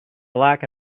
black